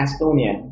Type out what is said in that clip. Estonia